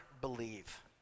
believe